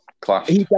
class